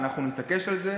ואנחנו נתעקש על זה,